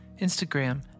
Instagram